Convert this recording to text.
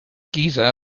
giza